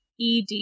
ED